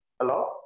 Hello